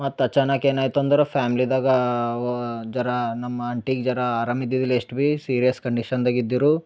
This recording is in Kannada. ಮತ್ತೆ ಅಚಾನಕ್ ಏನಾಯ್ತ ಅಂದರೆ ಫ್ಯಾಮ್ಲಿದಾಗಾ ಅವೊ ಜರಾ ನಮ್ಮ ಆಂಟಿಗ ಜ್ವರ ಆರಾಮ ಇದ್ದಿದಿಲ್ಲ ಎಷ್ಟು ಬಿ ಸೀರ್ಯಸ್ ಕಂಡೀಷನ್ದಾಗ ಇದ್ದಿರು